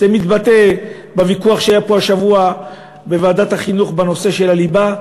זה מתבטא בוויכוח שהיה פה השבוע בוועדת החינוך בנושא של הליבה.